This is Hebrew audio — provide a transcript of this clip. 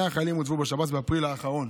החיילים הוצבו בשב"ס באפריל האחרון.